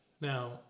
Now